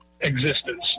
existence